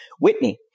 Whitney